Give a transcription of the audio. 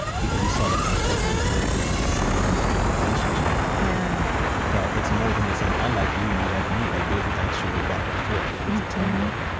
because you saw that kind of echoed with sidney and dre's relationship yeah that it's more than just saying, i like you, and you like me. like there's an actual back-and-forth there's a tango.